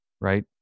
right